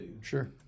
Sure